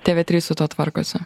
tv trys su tuo tvarkosi